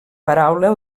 paraula